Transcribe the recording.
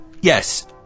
Yes